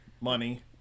money